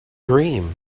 dream